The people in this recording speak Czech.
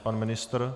Pan ministr?